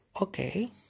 Okay